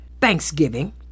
thanksgiving